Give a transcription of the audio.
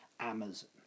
amazon